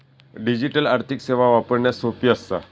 digital आर्थिक सेवा वापरण्यास सोपी असता